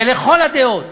ולכל הדעות